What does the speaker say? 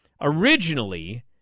originally